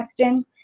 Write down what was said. question